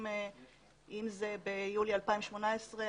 אם זה ביולי 2018,